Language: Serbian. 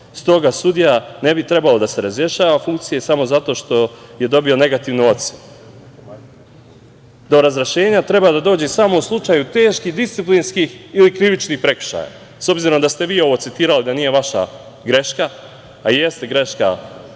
Stoga sudija ne bi trebalo da se razrešava funkcije samo zato što je dobio negativnu ocenu. Do razrešenja treba da dođe u slučaju teških disciplinskih ili krivičnih prekršaja“.S obzirom da ste vi ovo citirali, da nije vaša greška, a jeste greška